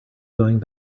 going